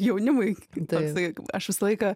jaunimui toksai aš visą laiką